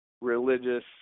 religious